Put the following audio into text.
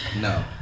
No